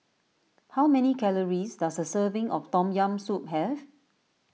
how many calories does a serving of Tom Yam Soup have